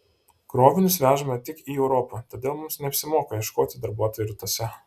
krovinius vežame tik į europą todėl mums neapsimoka ieškoti darbuotojų rytuose